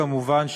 כמובן,